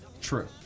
True